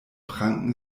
pranken